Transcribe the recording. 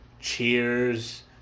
Cheers